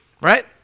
right